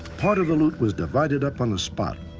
part of the loot was divided up on the spot,